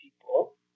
people